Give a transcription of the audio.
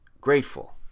grateful